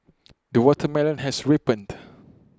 the watermelon has ripened